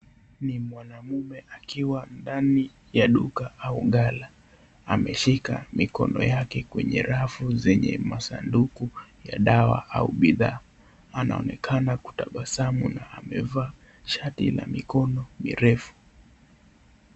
Ni mwanaume akiwa ndani ya duka au gala ameshika mikono yake kwenye rafu zenye masaduku ya dawa au bidhaa anaonekana kutabasamu na amevaa shati la mikono mirefu.